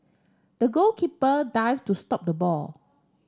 the goalkeeper dived to stop the ball